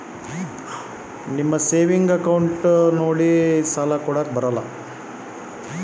ನನ್ನ ಸೇವಿಂಗ್ ಅಕೌಂಟಿಗೆ ಎಷ್ಟು ಸಾಲ ಕೊಡ್ತಾರ?